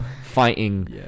fighting